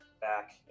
back